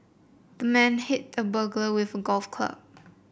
the man hit the burglar with a golf club